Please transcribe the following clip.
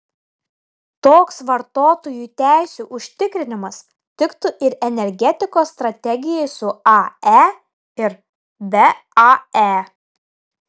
toks vartotojų teisių užtikrinimas tiktų ir energetikos strategijai su ae ir be ae